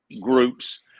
groups